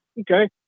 okay